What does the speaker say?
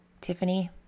Tiffany